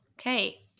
Okay